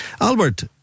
Albert